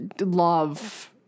love